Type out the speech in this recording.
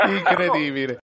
incredibile